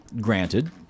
Granted